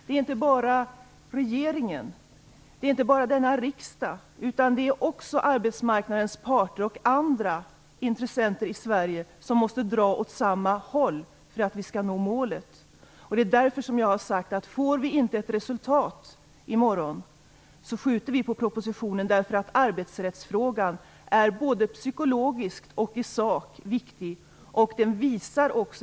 Det är inte bara regeringen eller denna riksdag utan också arbetsmarknadens parter och andra intressenter i Sverige som måste dra åt samma håll för att vi skall nå målet. Det är därför som jag har sagt att vi skjuter på propositionen om vi inte får ett resultat i morgon. Arbetsrättsfrågan är viktig både psykologiskt och i sak.